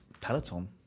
Peloton